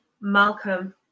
Malcolm